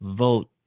vote